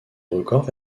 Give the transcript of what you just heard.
records